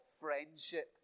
friendship